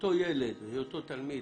היותו ילד, היותו תלמיד.